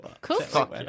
Cool